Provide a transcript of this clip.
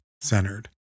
centered